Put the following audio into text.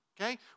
Okay